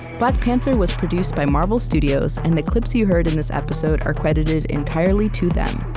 but panther was produced by marvel studios and the clips you heard in this episode are credited entirely to them.